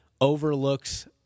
overlooks